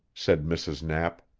said mrs. knapp.